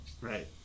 Right